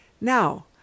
Now